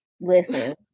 listen